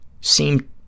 seem